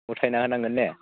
उथायना होनांगोन ने